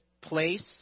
place